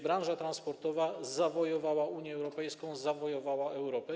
Branża transportowa zawojowała Unię Europejską, zawojowała Europę.